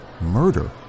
murder